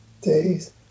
days